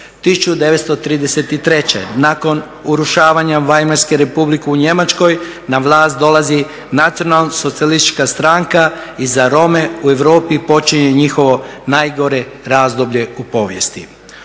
1933. nakon urušavanja … republike u Njemačkoj na vlast dolazi Nacional socijalistička stranka i za Rome u Europi počinje njihovo najgore razdoblje u povijesti.